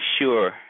sure